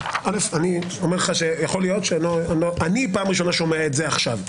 אני אומר לך שאני פעם ראשונה שומע את זה עכשיו,